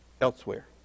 elsewhere